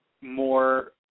more